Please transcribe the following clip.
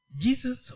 Jesus